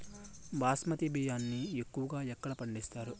బాస్మతి బియ్యాన్ని ఎక్కువగా ఎక్కడ పండిస్తారు?